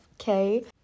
okay